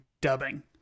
dubbing